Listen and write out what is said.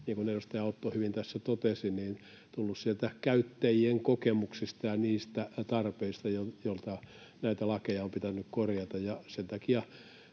niin kuin edustaja Autto hyvin tässä totesi — sieltä käyttäjien kokemuksista ja niistä tarpeista, joista näitä lakeja on pitänyt korjata,